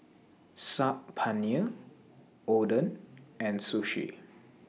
Saag Paneer Oden and Sushi